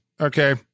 okay